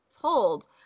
told